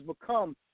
become